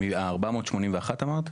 481, אמרת?